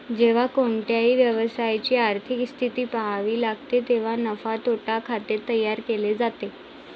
जेव्हा कोणत्याही व्यवसायाची आर्थिक स्थिती पहावी लागते तेव्हा नफा तोटा खाते तयार केले जाते